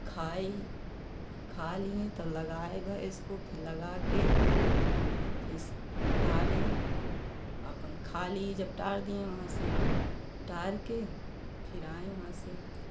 फिर खाई खा ली तब लगाए भैंस को फिर लगा के इस टारे अब हम खा लिए जब डार दिए वहाँ से टार के फिर आए